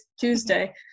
Tuesday